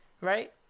right